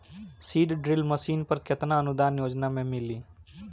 Seed drill machine पर केतना अनुदान योजना में मिली?